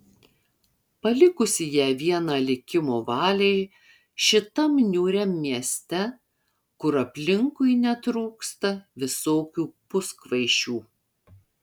palikusi ją vieną likimo valiai šitam niūriam mieste kur aplinkui netrūksta visokių puskvaišių